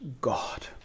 God